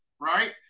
right